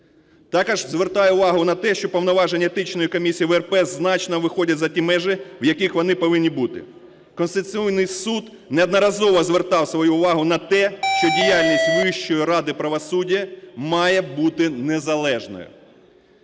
Також звертаю увагу на те, що повноваження Етичної комісії ВРП значно виходять за ті межі, в яких вони повинні бути. Конституційний Суд неодноразово звертав свою увагу на те, що діяльність Вищої ради правосуддя має бути незалежною.